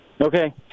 okay